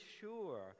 sure